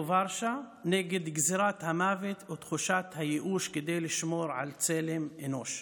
ורשה נגד גזרת המוות ותחושת הייאוש כדי לשמור על צלם אנוש,